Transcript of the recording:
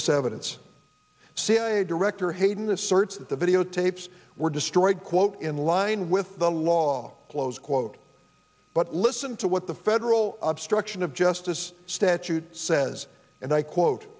this evidence cia director hayden asserts that the videotapes were destroyed quote in line with the law close quote but listen to what the federal obstruction of justice statute says and i quote